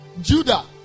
Judah